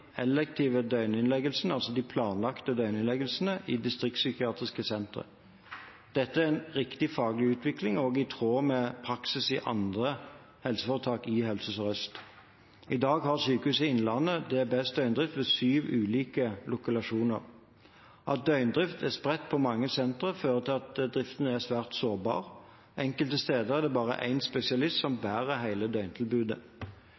elektive døgninnleggelsene, altså de planlagte døgninnleggelsene, i distriktspsykiatriske sentre. Dette er en riktig faglig utvikling og i tråd med praksis i andre helseforetak i Helse Sør-Øst. I dag har Sykehuset Innlandet DPS-døgndrift ved syv ulike lokalisasjoner. At døgndrift er spredt på mange sentre, fører til at driften er svært sårbar – enkelte steder er det bare én spesialist som